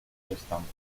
restante